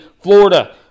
Florida